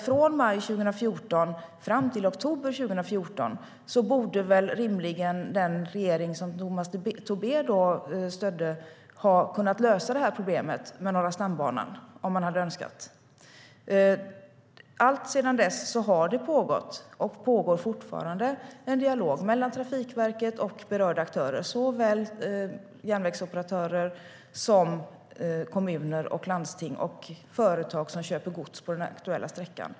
Från maj 2014 fram till oktober 2014 borde väl rimligen den regering som Tomas Tobé stödde ha kunnat lösa problemet med Norra stambanan om man hade önskat. Alltsedan dess har det pågått, och pågår fortfarande, en dialog mellan Trafikverket och berörda aktörer - såväl järnvägsoperatörer som kommuner och landsting och företag som köper gods på den aktuella sträckan.